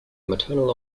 maternal